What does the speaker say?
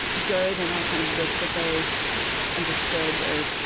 good and i kind of wished that they understood, or,